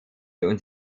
und